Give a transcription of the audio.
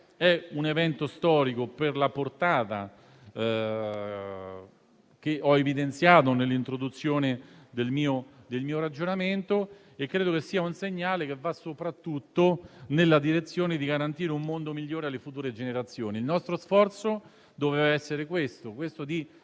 un evento storico per la portata che ho evidenziato nell'introduzione del mio ragionamento ed è un segnale che va soprattutto nella direzione di garantire un mondo migliore alle future generazioni. Il nostro sforzo doveva essere quello di